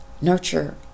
nurture